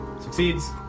Succeeds